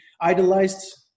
idolized